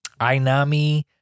Ainami